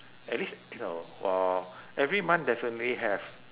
at least uh every month definitely have